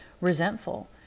resentful